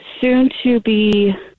soon-to-be